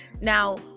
Now